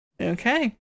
Okay